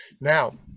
Now